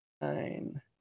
nine